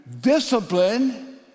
discipline